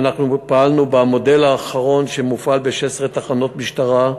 פעלנו במודל האחרון שמופעל ב-16 תחנות משטרה,